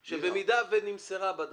כאשר בן אדם חייב והוא לא משלם דו-חודשי מסוים,